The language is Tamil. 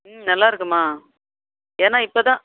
ம் நல்லாயிருக்கும்மா ஏன்னா இப்போ தான்